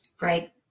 Right